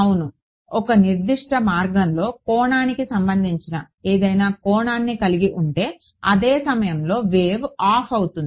అవును ఒక నిర్దిష్ట మార్గంలో కోణానికి సంబంధించిన ఏదైనా కోణాన్ని కలిగి ఉంటే అదే సమయంలో వేవ్ ఆఫ్ అవుతుంది